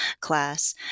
class